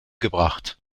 gebracht